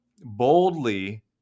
boldly